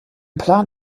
plan